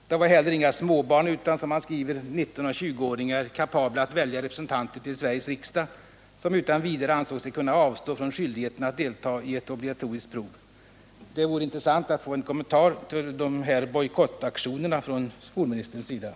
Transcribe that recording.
Det var inte heller fråga om några småbarn utan, som han skriver, 19—-20-åringar, kapabla att välja representanter till Sveriges riksdag, som utan vidare ansåg sig kunna ignorera skyldigheten att delta i ett obligatoriskt prov. Det vore intressant att få skolministerns kommentarer rörande sådana här bojkottaktioner.